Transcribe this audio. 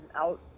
out